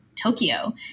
Tokyo